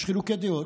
יש חילוקי דעות,